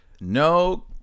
no